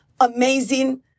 amazing